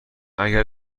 اگر